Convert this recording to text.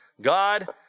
God